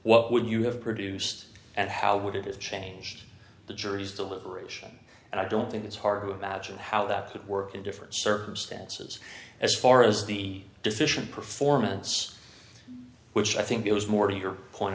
what would you have produced and how would it have changed the jury's deliberation and i don't think it's hard to imagine how that could work in different circumstances as far as the deficient performance which i think it was more your point